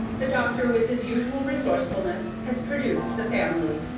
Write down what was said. the doctor, with his usual resourcefulness, has produced the family.